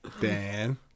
Dan